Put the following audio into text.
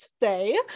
today